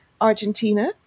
Argentina